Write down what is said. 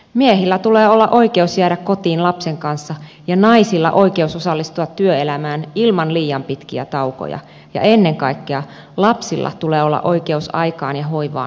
miehillä tulee olla oikeus jäädä kotiin lapsen kanssa ja naisilla oikeus osallistua työelämään ilman liian pitkiä taukoja ja ennen kaikkea lapsilla tulee olla oikeus aikaan ja hoivaan myös isältään